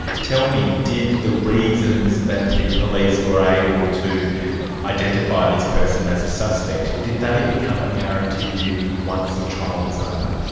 tell me, did the reasons that the police were able to identify this person as a suspect did they become apparent to you once the trial was over?